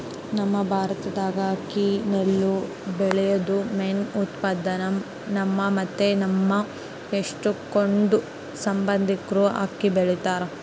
ನಮ್ ಭಾರತ್ದಾಗ ಅಕ್ಕಿ ನೆಲ್ಲು ಬೆಳ್ಯೇದು ಮೇನ್ ಉತ್ಪನ್ನ, ನಮ್ಮ ಮತ್ತೆ ನಮ್ ಎಷ್ಟಕೊಂದ್ ಸಂಬಂದಿಕ್ರು ಅಕ್ಕಿ ಬೆಳಿತಾರ